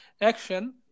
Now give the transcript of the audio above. action